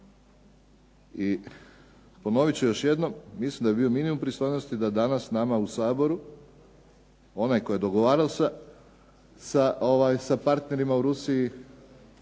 I ponovit ću još jednom, mislim da bi bio minimum pristojnosti da danas nama u Saboru onaj tko je dogovarao sa partnerima u Rusiji